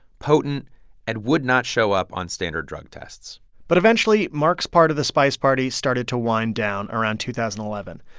potent and would not show up on standard drug tests but eventually, mark's part of the spice party started to wind down around two thousand and eleven.